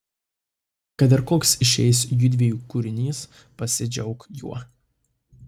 kad ir koks išeis judviejų kūrinys pasidžiauk juo